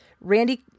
Randy